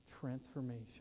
transformation